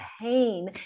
pain